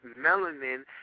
melanin